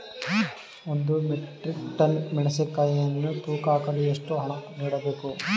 ಒಂದು metric tonne ಮೆಣಸಿನಕಾಯಿಯನ್ನು ತೂಕ ಹಾಕಲು ಎಷ್ಟು ಹಣ ನೀಡಬೇಕು?